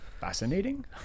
fascinating